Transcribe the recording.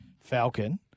Falcon